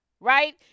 right